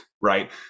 right